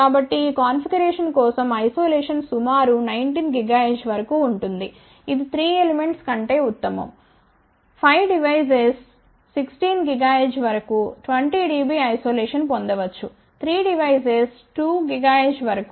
కాబట్టి ఈ కాన్ఫిగరేషన్ కోసం ఐసోలేషన్ సుమారు 19 GHz వరకు ఉంటుంది ఇది 3 ఎలిమెంట్స్ కంటే ఉత్తమం 5 పరికరాలకు 16 GHz వరకు 20 dB ఐసోలేషన్ పొందవచ్చు 3 పరికరాలకు 12 GHz వరకు